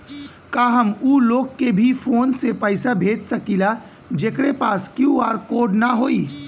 का हम ऊ लोग के भी फोन से पैसा भेज सकीला जेकरे पास क्यू.आर कोड न होई?